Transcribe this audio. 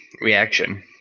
reaction